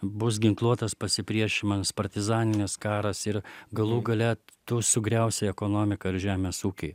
bus ginkluotas pasipriešinimas partizaninis karas ir galų gale tu sugriausi ekonomiką ir žemės ūkį